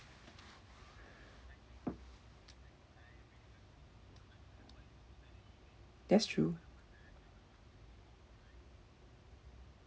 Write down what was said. that's true